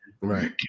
right